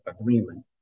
agreement